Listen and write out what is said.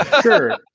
Sure